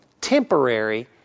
temporary